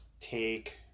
take